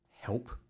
help